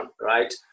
right